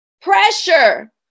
Pressure